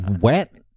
wet